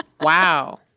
Wow